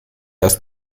erst